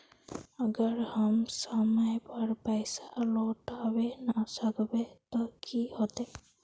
अगर हम समय पर पैसा लौटावे ना सकबे ते की होते?